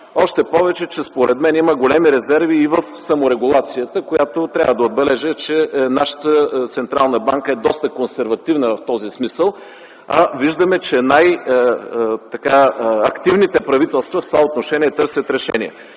регулации. Според мен има големи резерви и в саморегулацията. Трябва да отбележа, че нашата Централна банка е доста консервативна в този смисъл. Виждаме, че най-активните правителства в това отношение търсят решение.